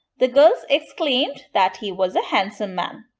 the girls exclaimed that he was a handsome man.